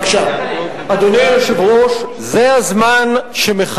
אדוני היושב-ראש, יש